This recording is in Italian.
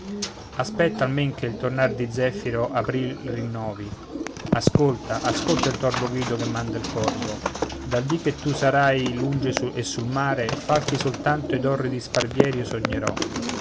aspetta almeno che il tornar di zefiro april rinnovi ascolta ascolta il torvo grido che manda il corvo dal dì che tu sarai lunge e sul mare falchi soltanto ed orridi sparvieri io sognerò